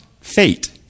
fate